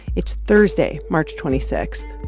it's thursday, march twenty six